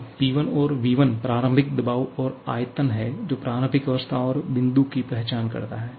तो P1और V1 प्रारंभिक दबाव और आयतन है जो प्रारंभिक अवस्था बिंदु की पहचान करता है